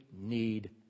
need